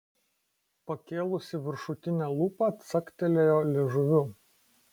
pakėlusi viršutinę lūpą caktelėjo liežuviu